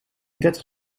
dertig